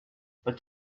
but